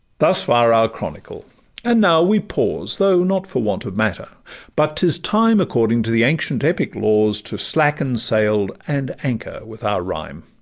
thus far our chronicle and now we pause, though not for want of matter but t is time according to the ancient epic laws, to slacken sail, and anchor with our rhyme.